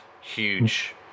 huge